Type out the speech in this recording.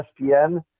ESPN –